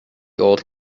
old